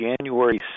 January